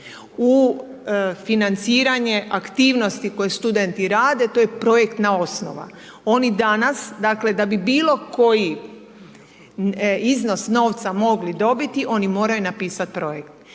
u financiranje aktivnosti koje studenti rade to je projektna osnova, oni danas dakle da bi bilo koji iznos novca mogli dobiti oni moraju napisati projekt.